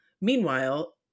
Meanwhile